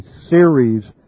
series